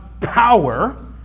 power